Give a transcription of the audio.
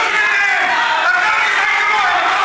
תתבייש לך.